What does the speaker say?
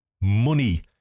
money